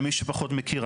למי שפחות מכיר.